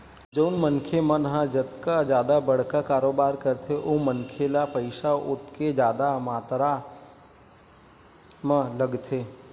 जउन मनखे मन ह जतका जादा बड़का कारोबार करथे ओ मनखे ल पइसा ओतके जादा मातरा म लगथे